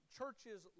churches